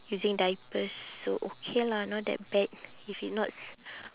using diapers so okay lah not that bad if it not s~